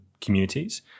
communities